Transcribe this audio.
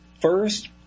first